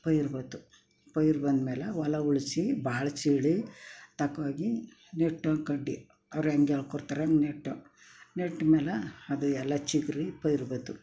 ಪೈರು ಬಂತು ಪೈರು ಬಂದಮೇಲೆ ಹೊಲ ಉಳಿಸಿ ಭಾಳ ಚೀಲ ತಗೊ ಹೋಗಿ ನೆಟ್ಟು ಕಡ್ಡಿ ಅವ್ರು ಎಂಗೆ ಹೇಳ್ಕೊಡ್ತಾರೆ ಹಂಗೆ ನೆಟ್ಟು ನೆಟ್ಟು ಮೇಲೆ ಅದು ಎಲ್ಲ ಚಿಗ್ರಿ ಪೈರು ಬಂತು